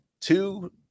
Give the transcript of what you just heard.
two